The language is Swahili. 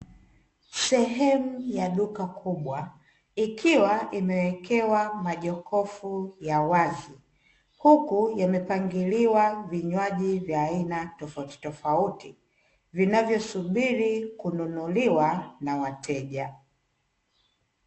Sehemu ya duka kubwa, ikiwa imeekewa majokofu ya wazi, huku yakiwa yamepangiliwa vinywaji vya aina tofautitofauti, vinavyosubiri kununuliwa na wateja.